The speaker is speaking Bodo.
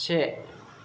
से